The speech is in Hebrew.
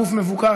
גוף מבוקר),